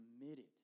committed